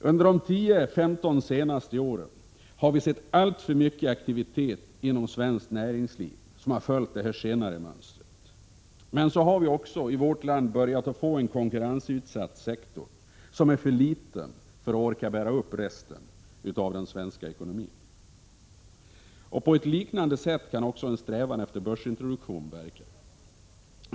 Under de 10-15 senaste åren har vi sett alltför mycken aktivitet inom svenskt näringsliv följa det senare mönstret. Men så har vi också i vårt land börjat få en konkurrensutsatt sektor som är för liten för att orka bära upp resten av den svenska ekonomin. På ett liknande sätt kan också en strävan efter börsintroduktion verka.